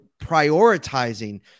prioritizing